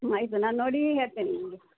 ಹ್ಞೂ ಆಯಿತು ನಾನು ನೋಡಿ ಹೇಳ್ತೇನೆ ನಿಮಗೆ